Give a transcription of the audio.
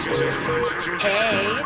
Hey